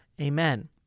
Amen